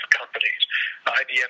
companies